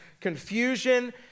confusion